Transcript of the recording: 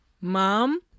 mom